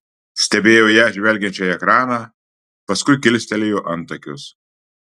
stebėjo ją žvelgiančią į ekraną paskui kilstelėjo antakius